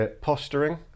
posturing